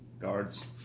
guards